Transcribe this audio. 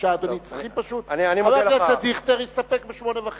חבר הכנסת דיכטר הסתפק בשמונה דקות וחצי.